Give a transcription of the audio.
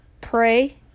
pray